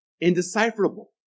indecipherable